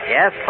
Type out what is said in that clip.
Yes